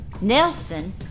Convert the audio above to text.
Nelson